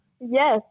Yes